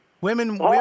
Women